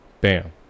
bam